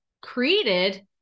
created